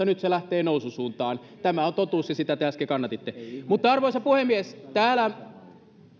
nyt se lähtee noususuuntaan tämä on totuus ja sitä te äsken kannatitte arvoisa puhemies täällä